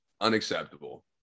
Unacceptable